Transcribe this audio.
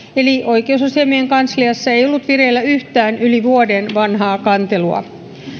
eli oikeusasiamiehen kansliassa ei ollut vireillä yhtään yli vuoden vanhaa kantelua